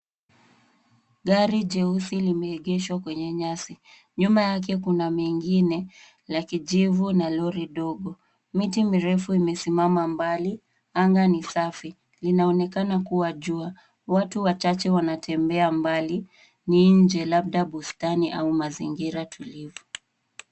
Gari jeusi limeegeshwa kwenye nyasi. Nyuma yake kuna mengine, la kijivu na lori dogo. Miti mirefu imesimama mbali, anga ni safi. Linaonekana kuwa jua. Watu wachache wanatembea mbali, ni nje labda bustani au mazingira tulivyo.